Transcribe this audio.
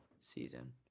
season